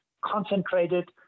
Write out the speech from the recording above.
concentrated